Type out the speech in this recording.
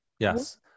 Yes